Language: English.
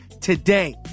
today